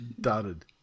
dotted